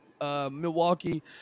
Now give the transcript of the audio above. Milwaukee